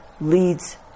leads